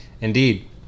Indeed